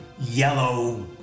yellow